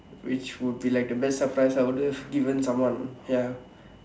which would be like the best surprise I would have given someone ya